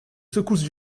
secousses